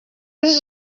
this